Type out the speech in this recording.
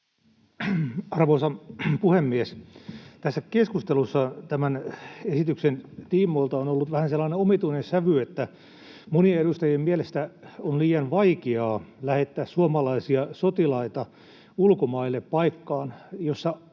Arvoisa puhemies! Tässä keskustelussa tämän esityksen tiimoilta on ollut vähän sellainen omituinen sävy, että monien edustajien mielestä on liian vaikeaa lähettää suomalaisia sotilaita ulkomaille paikkaan,